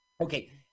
okay